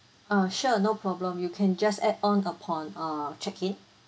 uh sure no problem you can just add on upon uh check-in